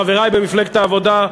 חברי במפלגת העבודה,